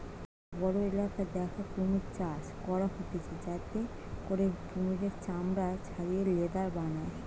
গটে বড়ো ইলাকা দ্যাখে কুমির চাষ করা হতিছে যাতে করে কুমিরের চামড়া ছাড়িয়ে লেদার বানায়